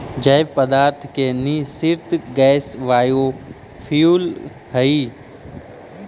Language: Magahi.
जैव पदार्थ के निःसृत गैस बायोफ्यूल हई